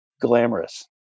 glamorous